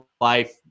life